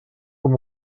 com